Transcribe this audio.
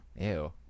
Ew